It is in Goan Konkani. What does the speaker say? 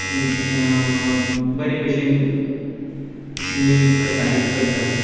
बरे भशेन निव्ज प्रसारीत करता